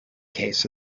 case